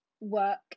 work